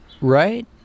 Right